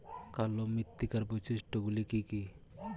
কালো মৃত্তিকার বৈশিষ্ট্য গুলি কি কি?